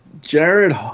Jared